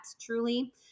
truly